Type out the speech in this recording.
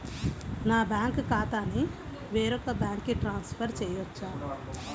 నా బ్యాంక్ ఖాతాని వేరొక బ్యాంక్కి ట్రాన్స్ఫర్ చేయొచ్చా?